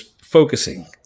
focusing